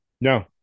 No